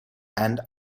and